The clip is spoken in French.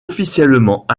officiellement